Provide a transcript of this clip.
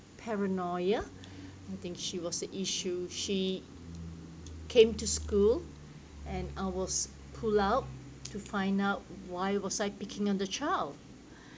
paranoia I think she was the issue she came to school and I was pulled out to find out why was I picking on the child